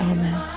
Amen